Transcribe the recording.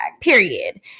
Period